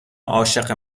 عاشق